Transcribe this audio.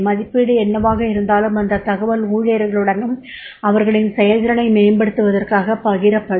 மதிப்பீடு என்னவாக இருந்தாலும் அந்தத் தகவல் ஊழியர்களுடனும் அவர்களின் செயல்திறனை மேம்படுத்துவதற்காகப் பகிரப்படும்